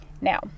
Now